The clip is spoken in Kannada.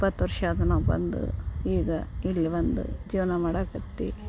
ಇಪ್ಪತ್ತು ವರ್ಷ ಆಯಿತು ನಾವು ಬಂದು ಈಗ ಇಲ್ಲಿ ಬಂದು ಜೀವನ ಮಾಡಕ್ಕತ್ತಿ